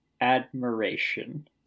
admiration